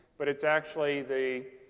but it's actually the